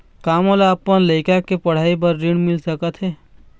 का मोला अपन लइका के पढ़ई के बर ऋण मिल सकत हे?